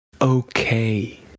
okay